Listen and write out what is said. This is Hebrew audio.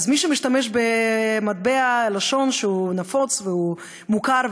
משתמשים במטבע לשון שהוא נפוץ ומוכר,